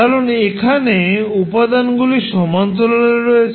কারণ এখানে উপাদানগুলি সমান্তরালে রয়েছে